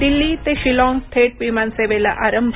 दिल्ली ते शिलाँग थेट विमान सेवेला आरंभ